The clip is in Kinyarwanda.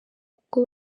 kuko